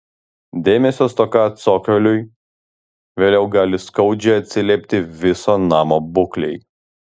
dėmesio stoka cokoliui vėliau gali skaudžiai atsiliepti viso namo būklei